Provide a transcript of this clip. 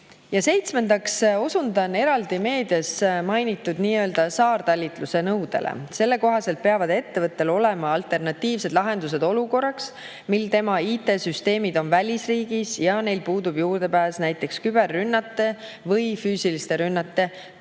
Ja seitsmendaks osundan eraldi meedias mainitud nii-öelda saartalitluse nõudele. Selle kohaselt peavad ettevõttel olema alternatiivsed lahendused olukorraks, mil tema IT-süsteemid on välisriigis ja neil puudub juurdepääs näiteks küberrünnete või füüsiliste rünnete tõttu.